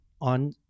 on